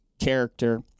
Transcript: character